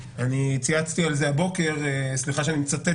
צייצתי את זה הבוקר וסליחה שאני מצטט